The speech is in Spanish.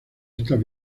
estas